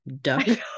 duck